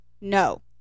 no